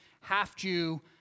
half-Jew